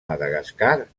madagascar